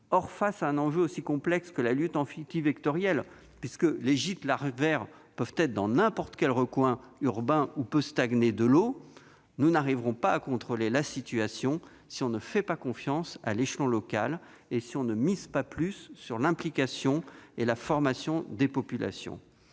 Or, face à un enjeu aussi complexe que la lutte antivectorielle- les gîtes larvaires peuvent se trouver dans n'importe quel recoin urbain où peut stagner de l'eau -, nous ne parviendrons pas à contrôler la situation si nous ne faisons pas confiance à l'échelon local et si nous ne misons pas sur l'implication et la formation des populations.